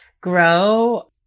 grow